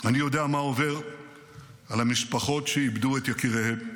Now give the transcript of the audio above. אני יודע מה עובר על המשפחות שאיבדו את יקיריהן.